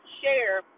share